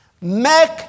Make